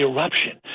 Eruption